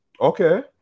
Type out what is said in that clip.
Okay